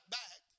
back